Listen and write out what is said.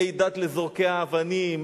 הידד לזורקי האבנים,